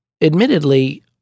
admittedly